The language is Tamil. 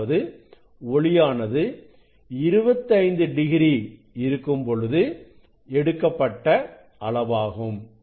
அதாவது ஒளியானது 25 டிகிரி இருக்கும் பொழுது எடுக்கப்பட்ட அளவாகும்